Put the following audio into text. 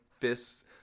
fists